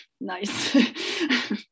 Nice